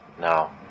now